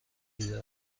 دیده